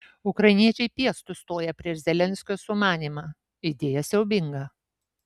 ukrainiečiai piestu stoja prieš zelenskio sumanymą idėja siaubinga